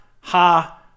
ha